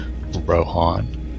Rohan